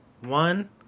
one